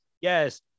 Yes